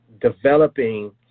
developing